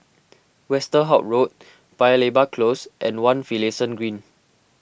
Westerhout Road Paya Lebar Close and one Finlayson Green